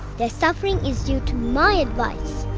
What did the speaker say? their suffering is due to my advice.